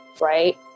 right